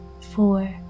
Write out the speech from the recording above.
four